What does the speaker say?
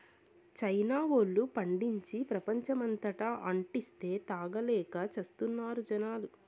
China వోల్లు పండించి, ప్రపంచమంతటా అంటిస్తే, తాగలేక చస్తున్నారు జనాలు